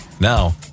Now